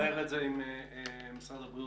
אנחנו ננסה אולי לברר את זה עם משרד הבריאות.